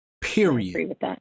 period